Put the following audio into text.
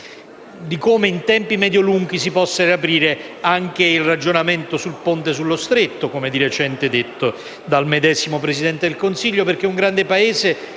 su come, in tempi medio-lunghi, si possa riaprire anche il ragionamento sul ponte sullo Stretto, come di recente detto dal Presidente del Consiglio, perché un grande Paese